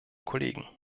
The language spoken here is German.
kollegen